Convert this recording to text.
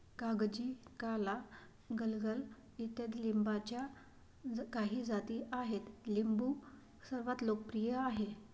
कागजी, काला, गलगल इत्यादी लिंबाच्या काही जाती आहेत लिंबू सर्वात लोकप्रिय आहे